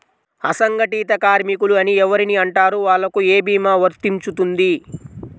అసంగటిత కార్మికులు అని ఎవరిని అంటారు? వాళ్లకు ఏ భీమా వర్తించుతుంది?